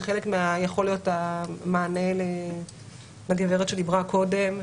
זה חלק מיכולת המענה לגברת שדיברה קודם,